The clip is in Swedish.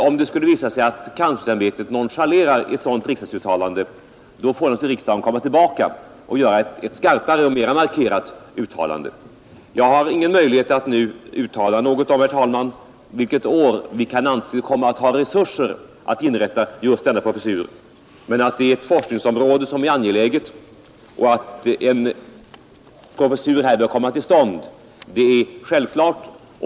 Om det skulle visa sig att kanslersämbetet nonchalerar ett sådant riksdagens uttalande, får riksdagen naturligtvis komma tillbaka och göra ett skarpare och mera markerat uttalande. Jag har ingen möjlighet att nu, herr talman, uttala något om vilket år vi kan anses komma att ha resurser att inrätta just denna professur, men att det är ett forskningsområde som är angeläget och att en professur här bör komma till stånd är självklart.